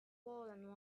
fallen